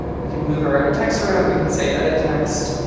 we can move our texts around, we can say edit text,